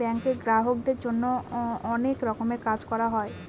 ব্যাঙ্কে গ্রাহকদের জন্য অনেক রকমের কাজ করা হয়